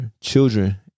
children